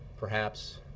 perhaps